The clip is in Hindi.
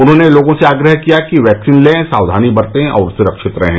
उन्होंने लोगों से आग्रह किया वैक्सीन लें सावधानी बरतें और सुरक्षित रहें